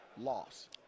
loss